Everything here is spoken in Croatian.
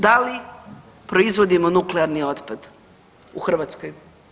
Da li proizvodimo nuklearni otpad u Hrvatskoj?